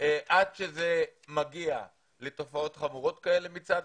עד שזה מגיע לתופעות חמורות כאלה מצד